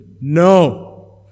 No